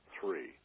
three